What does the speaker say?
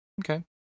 Okay